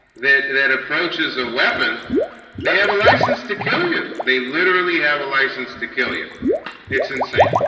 that that approaches a weapon they have a license to kill you they literally have a license to kill you it's insane